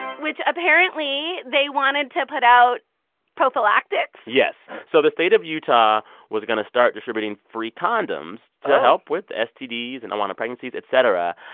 which, apparently, they wanted to put out prophylactics yes. so the state of utah was going to start distributing free condoms. oh. to help with stds and unwanted pregnancies, etc.